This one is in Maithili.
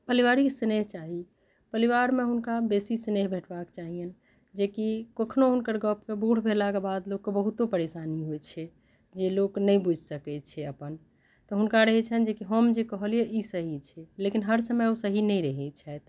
परिवारिक स्नेह चाही परिवारमे हुनका बेसी स्नेह भेटबाक चाहिअनि जेकि कखनो हुनकर गपमे बूढ़ भेलाके बाद लोककेँ बहुतो परेशानी होइत छै जे लोक नहि बुझि सकैत छै अपन तऽ हुनका रहैत छनि जेकि हम जे कहलियै ई सही छै लेकिन हर समय ओ सही नहि रहैत छथि